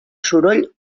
soroll